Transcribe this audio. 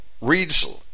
reads